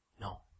No